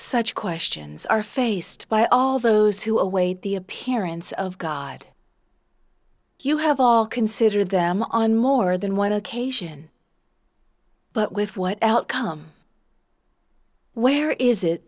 such questions are faced by all those who await the appearance of god you have all considered them on more than one occasion but with what outcome where is it